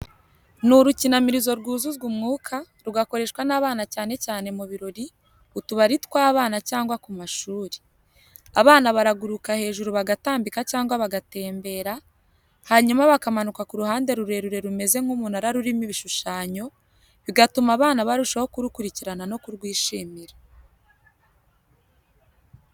Ni urukinamirizo rwuzuzwa umwuka, rugakoreshwa n’abana cyane cyane mu birori, utubari tw’abana cyangwa ku mashuri. Abana baraguruka hejuru bagatambika cyangwa bagatembera, hanyuma bakamanuka ku ruhande rurerure rumeze nk’umunara rurimo ibishushanyo, bigatuma abana barushaho kurukurikirana no kurwishimira.